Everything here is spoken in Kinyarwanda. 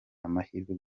amahirwe